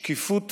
שקיפות